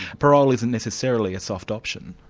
parole isn't necessarily a soft option.